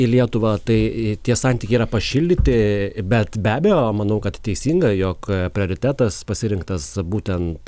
į lietuvą tai tie santykiai yra pašildyti bet be abejo manau kad teisinga jog prioritetas pasirinktas būtent